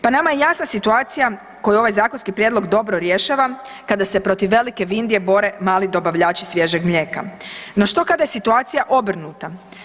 Pa nama je jasna situacija koju ovaj zakonski prijedlog dobro rješava kada se protiv velike Vindije bore mali dobavljači svježeg mlijeka, no što kada je situacija obrnuta.